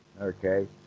Okay